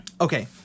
okay